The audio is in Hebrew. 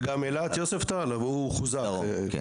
אילת יוספטל, הוא חוזק.